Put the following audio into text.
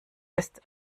ist